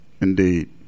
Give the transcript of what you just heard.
Indeed